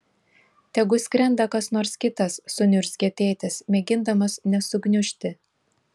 tegu skrenda kas nors kitas suniurzgė tėtis mėgindamas nesugniužti